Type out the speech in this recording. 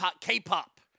K-pop